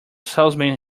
salesman